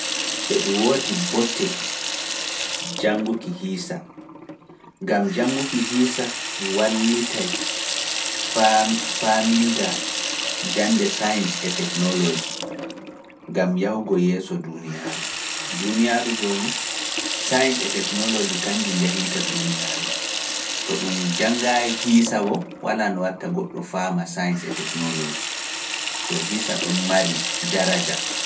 E ɗun woodi botte jannguki hiisa, gam jannguki hiisa wallitay faaminda jannde science e technology, gam yahugo yeeso duuniyaaru. Duuniyaaru jooni science e technology kanjum yahinta duuniyaaru, to ɗum jannga hiisa boo, walaa no watta goɗɗo faama science e technology, so hiisa ɗo mari daraja.